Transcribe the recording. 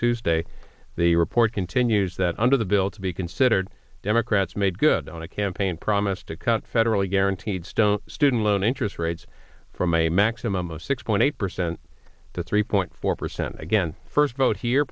tuesday the report continues that under the bill to be considered democrats made good on a campaign promise to cut federally guaranteed stone student loan interest rates from a maximum of six point eight percent to three point four percent again first vote here